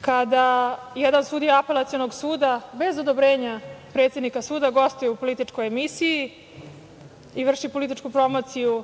kada jedan sudija Apelacionog suda bez odobrenja predsednika suda gostuje u političkoj emisiji i vrši političku promociju